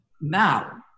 Now